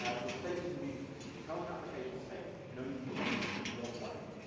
ah your state is immutable. the current application state can only be changed in one way.